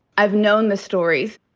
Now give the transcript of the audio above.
i've known the stories.